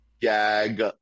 Gag